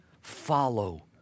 follow